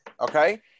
Okay